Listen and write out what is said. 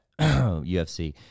UFC